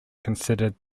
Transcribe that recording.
considered